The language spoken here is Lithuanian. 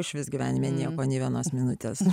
išvis gyvenime nieko nė vienos minutės